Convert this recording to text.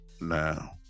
now